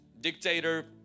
dictator